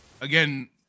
again